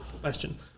question